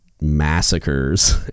massacres